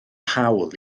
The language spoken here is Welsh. hawl